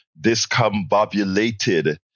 discombobulated